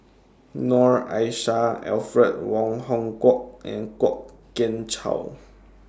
Noor Aishah Alfred Wong Hong Kwok and Kwok Kian Chow